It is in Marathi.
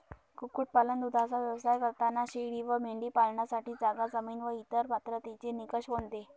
कुक्कुटपालन, दूधाचा व्यवसाय करताना शेळी व मेंढी पालनासाठी जागा, जमीन व इतर पात्रतेचे निकष कोणते?